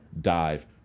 Dive